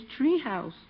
treehouse